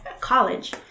college